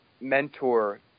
mentor